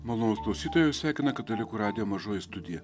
malonūs klausytojus svekina katalikų radijo mažoji studija